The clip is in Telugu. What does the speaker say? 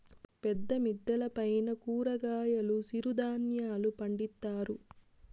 పెద్ద మిద్దెల పైన కూరగాయలు సిరుధాన్యాలు పండిత్తారు